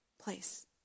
place